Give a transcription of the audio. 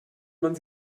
man